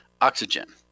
oxygen